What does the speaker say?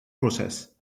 process